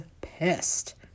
pissed